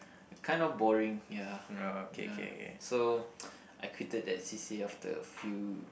kind of boring ya ya so I quitted that c_c_a after a few